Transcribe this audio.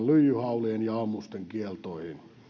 lyijyhaulien ja ammusten kieltoihin